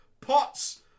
pots